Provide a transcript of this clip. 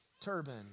turban